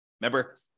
Remember